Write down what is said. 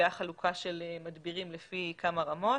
נקבעה חלוקה של מדבירים לפי כמה רמות.